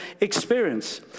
experience